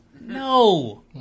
No